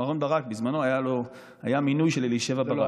אהרן ברק בזמנו היה במינוי של אלישבע ברק.